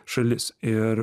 šalis ir